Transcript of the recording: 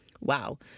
wow